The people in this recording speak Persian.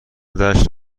دشت